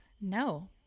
No